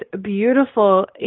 beautiful